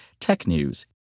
TECHNEWS